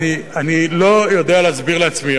לא יודע להסביר לעצמי,